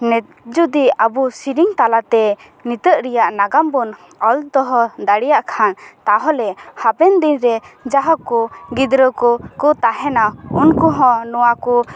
ᱱᱤᱛ ᱡᱩᱫᱤ ᱟᱵᱚ ᱥᱮᱨᱮᱧ ᱛᱟᱞᱟ ᱛᱮ ᱱᱤᱛᱟᱹᱜ ᱨᱮᱭᱟᱜ ᱱᱟᱜᱟᱢ ᱵᱚᱱ ᱚᱞ ᱫᱚᱦᱚ ᱫᱟᱲᱮᱭᱟᱜ ᱠᱷᱟᱱ ᱛᱟᱦᱚᱞᱮ ᱦᱟᱯᱮᱱ ᱫᱤᱱ ᱨᱮ ᱡᱟᱦᱟᱸ ᱠᱚ ᱜᱤᱫᱽᱨᱟᱹ ᱠᱚ ᱠᱚ ᱛᱟᱦᱮᱱᱟ ᱩᱱᱠᱩ ᱦᱚᱸ ᱱᱚᱣᱟ ᱠᱚ